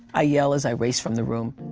i yell as i race from the room.